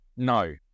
No